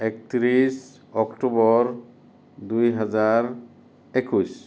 একত্ৰিছ অক্টোবৰ দুই হাজাৰ একৈছ